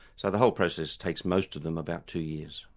so the whole process takes most of them about two years.